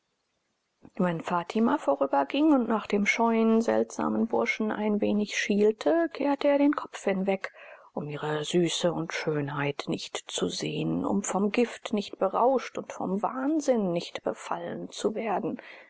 wenn fatima vorüberging und nach dem scheuen seltsamen burschen ein wenig schielte kehrte er den kopf hinweg um ihre süße und schönheit nicht zu sehen um vom gift nicht berauscht und vom wahnsinn nicht befallen zu werden